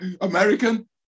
American